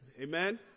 Amen